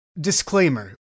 Disclaimer